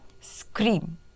scream